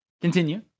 Continue